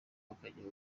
bakagira